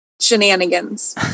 shenanigans